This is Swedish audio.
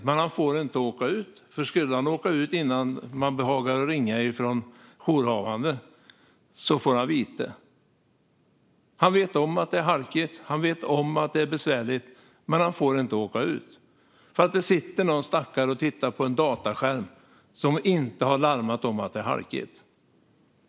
Men han får inte åka ut. Om han skulle åka ut innan jourhavande behagar ringa blir det nämligen vite. Han vet om att det är halkigt. Han vet om att det är besvärligt. Men han får inte åka ut, eftersom någon stackare som sitter och tittar på en datorskärm inte har larmat om att det är halkigt.